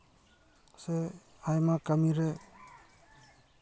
ᱥᱮ ᱟᱭᱢᱟ ᱠᱟᱹᱢᱤ ᱨᱮ